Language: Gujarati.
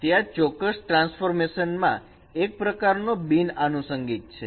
તે આ ચોક્કસ ટ્રાન્સફોર્મેશન માં એક પ્રકારનો બિન અનૂસંગિક છે